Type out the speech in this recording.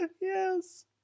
yes